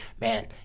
man